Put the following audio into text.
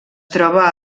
troba